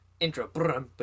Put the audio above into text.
Intro